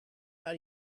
how